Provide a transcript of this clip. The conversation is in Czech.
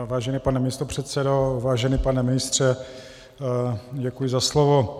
Vážený pane místopředsedo, vážený pane ministře, děkuji za slovo.